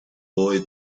boy